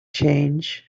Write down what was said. change